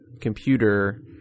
computer